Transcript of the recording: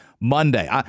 Monday